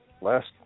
last